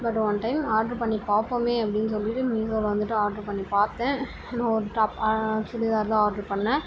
பட்டு one time order பண்ணி பார்ப்போம்மே அப்படின்னு சொல்லிவிட்டு மீஷோவில வந்துவிட்டு ஆர்டர் பண்ணி பார்த்தேன் ஒரு டாப் சுடிதார் தான் ஆர்டர் பண்ணேன்